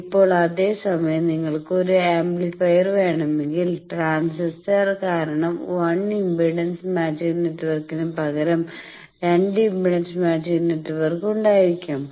ഇപ്പോൾ അതേ സമയം നിങ്ങൾക്ക് ഒരു ആംപ്ലിഫയർ വേണമെങ്കിൽ ട്രാൻസിസ്റ്റർ കാരണം 1 ഇംപെഡൻസ് മാച്ചിംഗ് നെറ്റ്വർക്കിന് പകരം 2 ഇംപെഡൻസ് മാച്ചിംഗ് നെറ്റ്വർക്ക് ഉണ്ടായിരിക്കാം